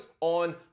on